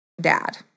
dad